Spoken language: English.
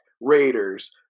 Raiders